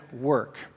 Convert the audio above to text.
work